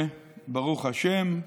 ברוך השם,